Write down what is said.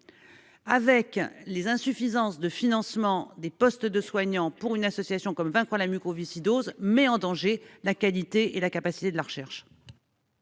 avec l'insuffisance de financement des postes de soignants, pour une association comme Vaincre la mucoviscidose, met en danger la qualité et la capacité de la recherche.